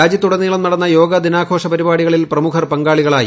രാജ്യത്തുടനീളം നടന്ന യോഗാദിനാഘോഷ പരിപാടികളിൽ പ്രമുഖർ പങ്കാളികളായി